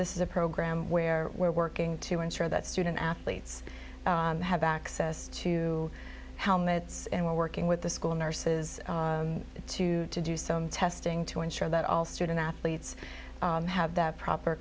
this is a program where we're working to ensure that student athletes have access to helmets and we're working with the school nurses to do some testing to ensure that all student athletes have the proper